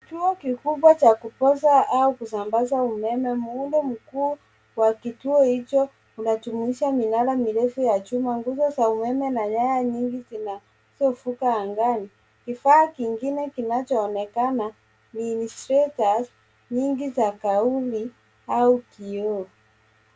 Kituo kikubwa cha kupoza au kusambaza umeme. Muundo mkuu wa kituo hicho unajumuisha minara mirefu ya chuma. Nguzo za umeme na nyaya nyingi zinazovuka angani. Kifaa kingine kinachoonekana ni instrata nyingi za kauli au kioo.